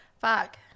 Fuck